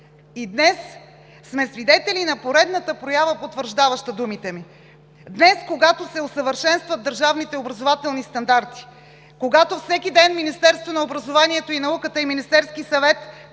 И днес сме свидетели на поредната проява потвърждаваща думите ми. Днес, когато се усъвършенстват държавните образователни стандарти, когато всеки ден Министерството на образованието и науката и Министерският съвет